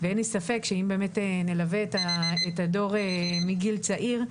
ואין לי ספק שאם נלווה את הדור מגיל צעיר,